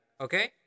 okay